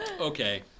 Okay